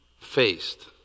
faced